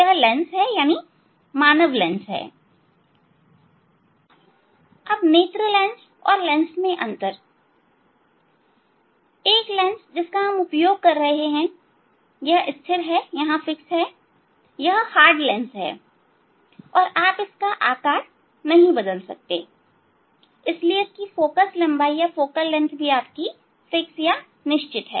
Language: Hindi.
यह लेंस है अर्थात मानव लेंस नेत्र लेंस और लेंस के अंतर एक लेंस जिसका हम उपयोग कर रहे हैं वह स्थिर है यह हार्ड लेंस है और आप इसका आकार प्रकार नहीं बदल सकते इसलिए इसकी फोकल लंबाई निश्चित है